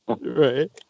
Right